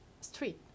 street